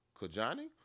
Kajani